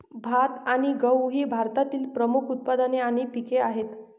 भात आणि गहू ही भारतातील प्रमुख उत्पादने आणि पिके आहेत